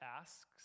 asks